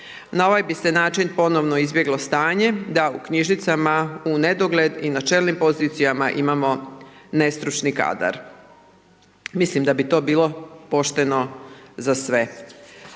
Na ovaj bi se način ponovno izbjeglo stanje da u knjižnicama u nedogled i na čelnim pozicijama imamo nestručni kadar. Mislim da bi to bilo pošteno za sve.